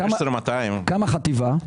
16,200. כמה חטיבה?